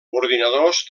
ordinadors